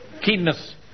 Keenness